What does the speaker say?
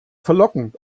verlockend